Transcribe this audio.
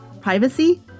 Privacy